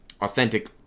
authentic